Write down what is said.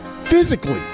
physically